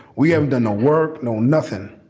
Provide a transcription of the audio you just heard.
we have done no work, no nothing